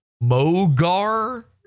Mogar